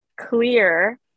clear